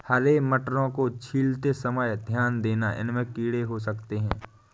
हरे मटरों को छीलते समय ध्यान देना, इनमें कीड़े हो सकते हैं